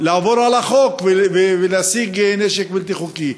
לעבור על החוק ולהשיג נשק בלתי חוקי.